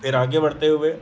फिर आगे बढ़ते हुए